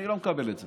אני לא מקבל את זה.